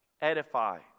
edify